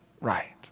right